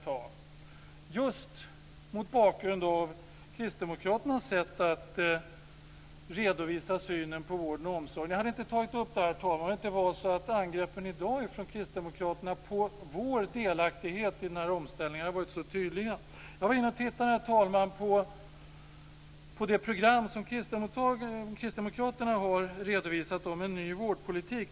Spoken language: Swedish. Det är mot bakgrund av Kristdemokraterna sätt att redovisa synen på vården och omsorgen. Jag hade inte tagit upp frågan om det inte varit så att angreppen i dag från Kristdemokraterna på vår delaktighet i omställningen varit så tydliga. Herr talman! Jag tittade i det program som Kristdemokraterna har redovisat om en ny vårdpolitik.